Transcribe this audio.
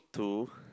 two